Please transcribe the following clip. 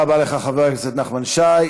תודה רבה לך, חבר הכנסת נחמן שי.